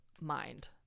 mind